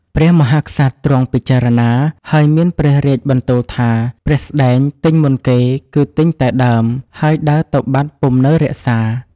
ព្រះមហាក្សត្រទ្រង់ពិចារណា ហើយមានព្រះរាជបន្ទូលថា “ព្រះស្តែងទិញមុនគេ គឺទិញតែដើម ហើយដើរទៅបាត់ពុំនៅរក្សា។